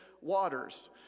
waters